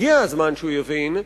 הגיע הזמן שהוא יבין,